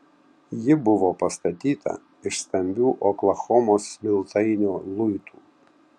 ji buvo pastatyta iš stambių oklahomos smiltainio luitų